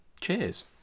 Cheers